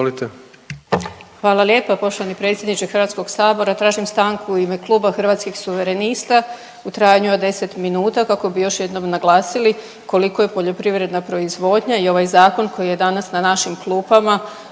Hvala lijepa poštovani predsjedniče Hrvatskog sabora. Tražim stanku u ime Kluba Hrvatskih suverenista u trajanju od 10 minuta kako bi još jednom naglasili koliko je poljoprivredna proizvodnja i ovaj zakon koji je danas na našim klupama